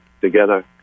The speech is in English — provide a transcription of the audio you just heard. together